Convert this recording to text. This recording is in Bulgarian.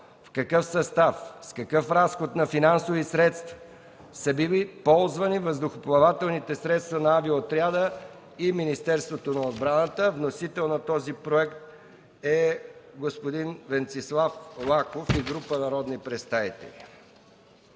в какъв състав, с какъв разход на финансови средства са били ползвани въздухоплавателните средства на авиоотряда и Министерството на отбраната. Вносители са народния представител Венцислав Лаков и група народни представители.